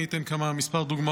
אני אתן כמה דוגמאות.